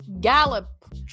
gallop